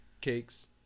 cakes